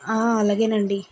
అలాగేనండి